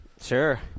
Sure